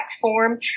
platform